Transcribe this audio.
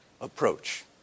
approach